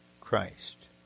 Christ